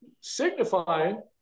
signifying